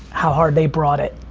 how hard they brought it.